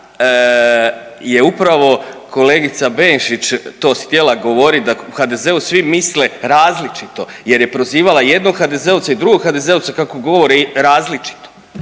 je upravo kolegica Benčić to htjela govorit da u HDZ-u svi misle različito jer je prozivala jednog HDZ-ovca i drugog HDZ-ovca kako govore različito.